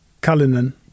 Cullinan